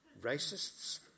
racists